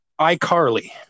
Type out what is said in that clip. iCarly